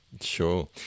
Sure